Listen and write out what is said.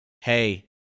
hey